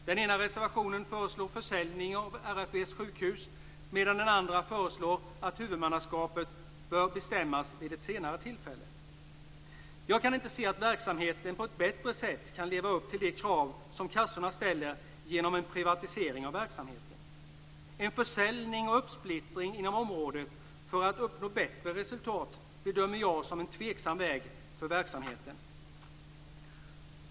I den ena reservationen föreslår man försäljning av RFV:s sjukhus, medan man i den andra föreslår att huvudmannaskapet bör bestämmas vid ett senare tillfälle. Jag kan inte se hur en privatisering av verksamheten på ett bättre sätt kan leva upp till de krav som kassorna ställer. En försäljning och uppsplittring inom området för att uppnå bättre resultat bedömer jag som en tveksam väg för verksamheten.